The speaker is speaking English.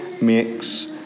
makes